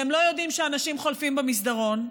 והם לא יודעים שאנשים חולפים במסדרון.